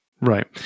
Right